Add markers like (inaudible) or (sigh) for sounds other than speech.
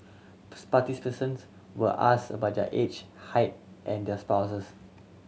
(unintelligible) participants were ask about their age height and their spouses